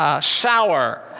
Sour